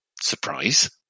surprise